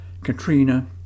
Katrina